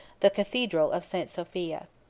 the cathedral of st. sophia.